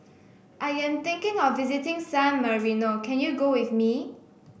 I am thinking of visiting San Marino can you go with me